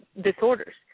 disorders